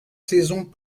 saisons